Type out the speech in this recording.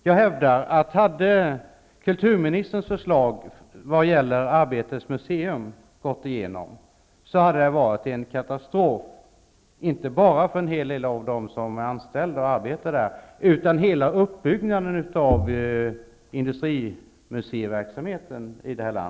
Jag hävdar att hade kulturministerns förslag i vad gäller Arbetets museum antagits hade det varit en katastrof inte bara för en hel del av de anställda, utan för hela uppbyggnaden av industrimuseiverksamheten.